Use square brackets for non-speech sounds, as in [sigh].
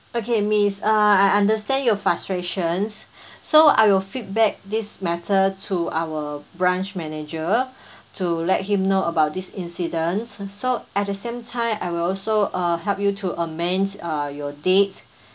okay miss uh I understand your frustrations [breath] so I will feedback this matter to our branch manager [breath] to let him know about this incident so at the same time I will also uh help you to amend uh your date